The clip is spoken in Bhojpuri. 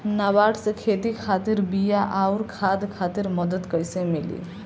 नाबार्ड से खेती खातिर बीया आउर खाद खातिर मदद कइसे मिली?